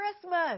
Christmas